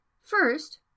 First